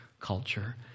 culture